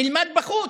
נלמד בחוץ,